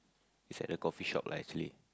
it's at a coffeeshop lah actually